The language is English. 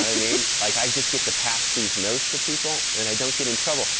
i mean like i just get to pass these notes to people and i don't get in trouble.